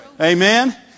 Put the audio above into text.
Amen